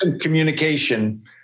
communication